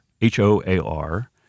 H-O-A-R